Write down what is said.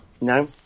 No